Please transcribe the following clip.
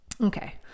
Okay